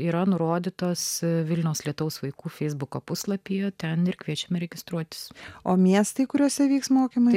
yra nurodytos vilniaus lietaus vaikų feisbuko puslapyje ten ir kviečiame registruotis o miestai kuriuose vyks mokymai